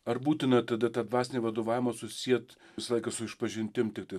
ar būtina tada tą dvasinį vadovavimą susiet visą laiką su išpažintim tiktai